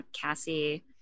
cassie